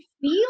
feel